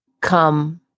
come